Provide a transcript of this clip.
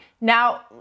Now